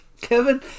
Kevin